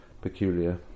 peculiar